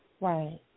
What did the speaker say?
Right